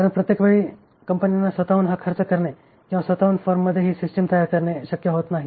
कारण प्रत्येक वेळी कंपन्यांना स्वत हून हा खर्च करणे किंवा स्वत हून फर्ममध्ये ही सिस्टिम तयार करणे शक्य होत नाही